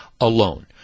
alone